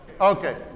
okay